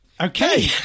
Okay